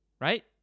Right